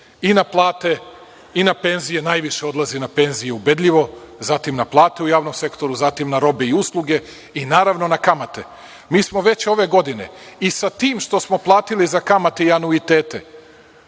i na plate i na penzije. Najviše odlazi na penzije, ubedljivo, zatim na plate u javnom sektoru, zatim na robe i usluge i, naravno, na kamate. Mi smo već ove godine i sa tim što smo platili za kamate i anuitete,